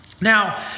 Now